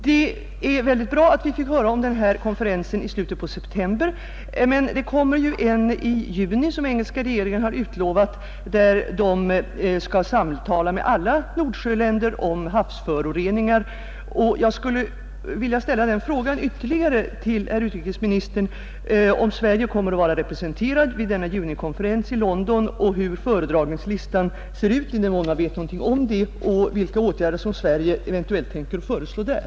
Det är mycket bra att vi fick höra om denna konferens i slutet på september. Men det kommer ju en i juni, som engelska regeringen utlovat, där den skall samtala med alla nordsjöländer om havsföroreningar. Jag skulle vilja ställa den frågan ytterligare till herr utrikesministern om Sverige kommer att vara representerat vid denna junikonferens i London och hur föredragningslistan ser ut, i den mån man vet någonting om det, och vilka åtgärder som Sverige eventuellt tänker föreslå där.